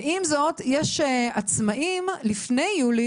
ועם זאת יש עצמאיים שגם לפני יולי